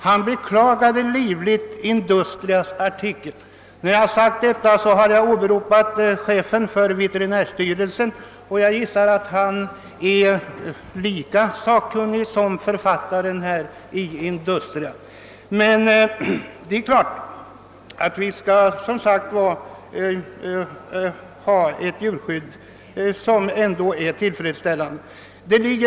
Han beklagade livligt Industrias artikel. Jag skulle tro att chefen för veterinärstyrelsen måste anses lika sakkunnig som författaren av artikeln i Industria. Det är klart att vi skall ha ett tillfredsställande djurskydd.